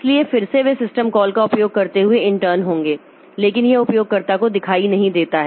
इसलिए फिर से वे सिस्टम कॉल का उपयोग करते हुए इंटर्न होंगे लेकिन यह उपयोगकर्ता को दिखाई नहीं देता है